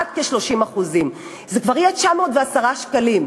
עד כ-30% זה כבר יהיה 910 שקלים.